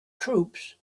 troops